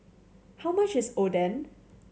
how much is Oden